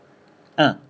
ah